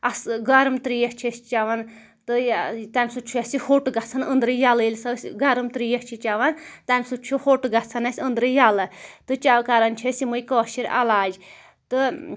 اصٕل گرٕم ترٛیش چھِ أسۍ چیٚوان تہٕ تَمہِ سۭتۍ چھُ اسہِ یہِ ہوٚٹ گژھان أنٛدرٕ ییٚلہٕ ییٚلہِ سا أسۍ گرٕم ترٛیش چھِ چیٚوان تَمہِ سۭتۍ چھُ ہوٚٹ گژھان اسہِ أنٛدرٕ ییٚلہٕ تہٕ کران چھِ أسۍ یِمٔے کٲشِرۍ علاج تہٕ